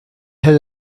had